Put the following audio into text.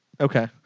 Okay